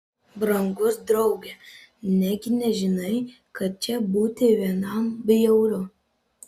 brangus drauge negi nežinai kad čia būti vienam bjauru